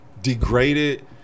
degraded